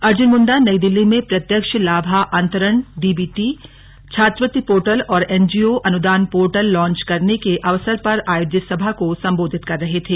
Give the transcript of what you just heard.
अर्जुन मुंडा नई दिल्ली में प्रत्यिक्ष लाभा अंतरण डीबीटी छात्रवृत्ति पोर्टल और एनजीओ अनुदान पोर्टल लॉन्च करने के अवसर पर आयोजित सभा को संबोधित कर रहे थे